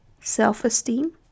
self-esteem